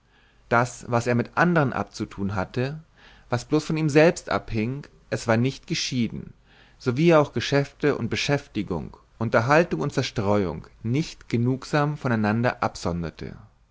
das was er mit andern abzutun hatte was bloß von ihm selbst abhing es war nicht geschieden so wie er auch geschäfte und beschäftigung unterhaltung und zerstreuung nicht genugsam voneinander absonderte